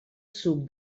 suc